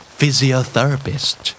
Physiotherapist